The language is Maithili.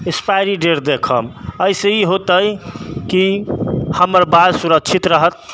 एक्सपाइरी डेट देखम एहिसँ ई हेतै कि हमर बाल सुरक्षित रहत